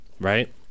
Right